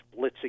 blitzing